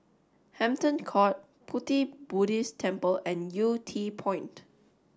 Hampton Court Pu Ti Buddhist Temple and Yew Tee Point